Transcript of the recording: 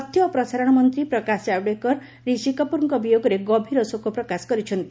ତଥ୍ୟ ଓ ପ୍ରସାରଣ ମନ୍ତ୍ରୀ ପ୍ରକାଶ ଜାଭେଡକର ରିଷିକପୁରଙ୍କ ବିୟୋଗରେ ଗଭୀର ଶୋକପ୍ରକାଶ କରିଛନ୍ତି